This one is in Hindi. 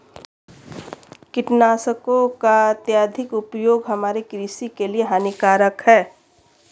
कीटनाशकों का अत्यधिक उपयोग हमारे कृषि के लिए हानिकारक है